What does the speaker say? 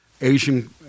Asian